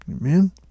Amen